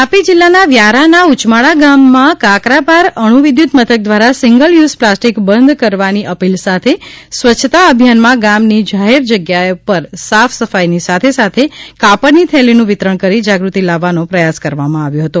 તાપી જિલ્લાના વ્યારાના ઉચમાળા ગામમાં કાકરાપાર અણુ વિર્ધુતમથક દ્વારા સિંગલ યુઝ પ્લાસ્ટિક બંધ કરવાની અપીલ સાથે સ્વચ્છતા અભિયાનમાં ગામની જાહેર જગ્યાઓ પર સાફ સફાઈની સાથે સાથે કાપડની થેલીનું વિતરણ કરી જાગ્રુતિ લખવાનો પ્રયાસ કરવામાં અવ્યો હતો